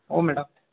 ಹ್ಞೂ ಮೇಡಮ್